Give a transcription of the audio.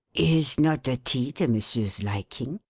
is not the tea to monsieur's liking?